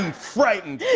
and frightened yeah